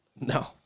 No